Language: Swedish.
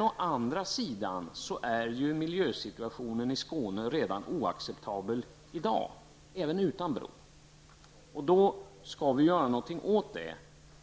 Å andra sidan är miljösituationen i Skåne oacceptabel redan i dag, även utan bro. Då bör vi göra någonting åt det,